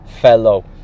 fellow